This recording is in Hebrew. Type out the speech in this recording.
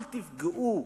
אל תפגעו